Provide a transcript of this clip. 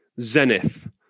zenith